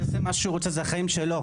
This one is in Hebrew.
שיעשה מה שהוא רוצה זה החיים שלו,